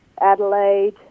Adelaide